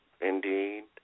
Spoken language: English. indeed